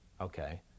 okay